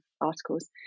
articles